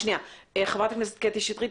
חברת הכנסת קטי שטרית.